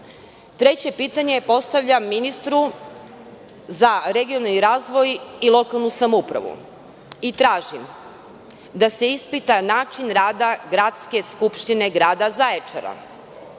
pitanje postavljam ministru za regionalni razvoj i lokalnu samoupravu i tražim da se ispita način rada Gradske skupštine Grada Zaječara.